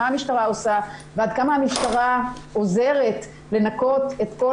מה היא עושה ועד כמה היא עוזרת לנקות את כל